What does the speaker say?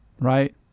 right